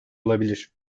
olabilir